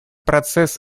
процесс